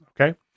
Okay